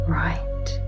right